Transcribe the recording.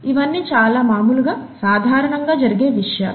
ఇవన్నీ చాల మాములుగా సాధారణంగా జరిగే విషయాలు